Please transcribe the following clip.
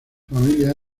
familia